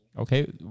Okay